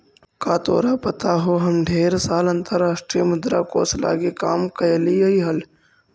का तोरा पता हो हम ढेर साल अंतर्राष्ट्रीय मुद्रा कोश लागी काम कयलीअई हल